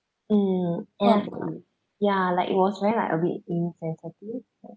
mm yeah ya like it was very like a bit insensitive uh like